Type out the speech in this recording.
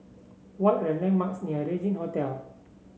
what are the landmarks near Regin Hotel